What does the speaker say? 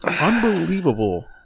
unbelievable